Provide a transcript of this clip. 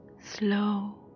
slow